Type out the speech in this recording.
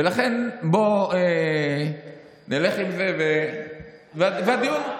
ולכן, בוא נלך עם זה, וזה הדיון.